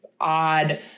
odd